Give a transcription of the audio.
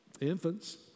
infants